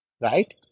right